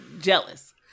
jealous